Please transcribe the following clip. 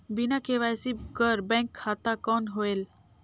बिना के.वाई.सी कर बैंक खाता कौन होएल?